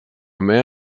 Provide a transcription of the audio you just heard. man